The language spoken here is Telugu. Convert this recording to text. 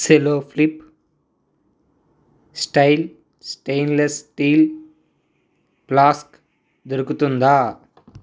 Cello flip style stainless steel flask దొరుకుతుందా